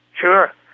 Sure